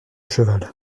cheval